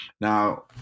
Now